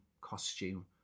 costume